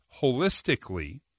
holistically